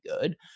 good